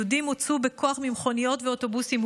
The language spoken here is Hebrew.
יהודים הוצאו בכוח ממכוניות ואוטובוסים,